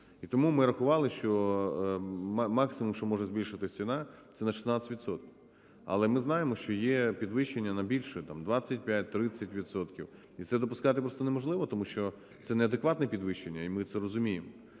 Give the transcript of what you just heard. І тому ми рахували, що максимум, що може збільшитись ціна, це на 16 відсотків. Але ми знаємо, що є підвищення на більше: там 25, 30 відсотків. І це допускати просто неможливо, тому що це неадекватне підвищення, і ми це розуміємо.